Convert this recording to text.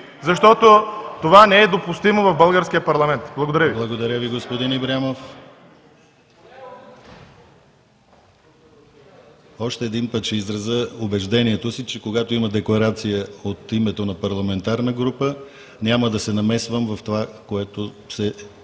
защото това не е допустимо в българския парламент! Благодаря Ви. ПРЕДСЕДАТЕЛ ДИМИТЪР ГЛАВЧЕВ: Благодаря Ви, господин Ибрямов. Още един път ще изразя убеждението си, че когато има декларация от името на парламентарна група, няма да се намесвам в това, което се